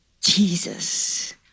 Jesus